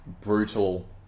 brutal